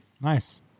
Nice